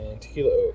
tequila